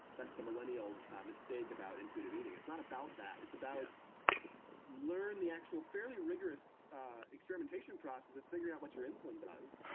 that's the millennial mistake about intuitive eating. it's not about that. it's about ah learning the actual, fairly rigorous experimentation process of figuring out what your insulin does,